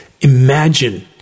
Imagine